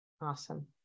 Awesome